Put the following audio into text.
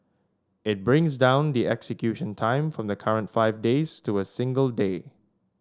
it brings down the execution time from the current five days to a single day